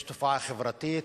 יש תופעה חברתית,